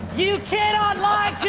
you can um